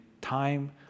time